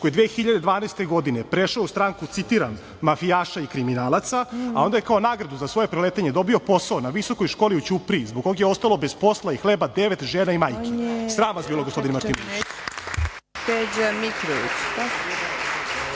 koji je 2012. godine prešao u stranku, citiram: „mafijaša i kriminalaca“, a onda je kao nagradu za svoje preletanje dobio posao na Visokoj školi u Ćupriji, zbog koga je ostalo bez posla i hleba devet žena i majki. Sram vas bilo gospodine Martinoviću. **Marina